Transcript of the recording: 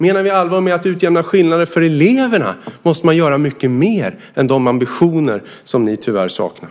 Menar ni allvar med att utjämna skillnader för eleverna så måste ni göra mycket mer än ha de ambitioner som ni tyvärr saknar.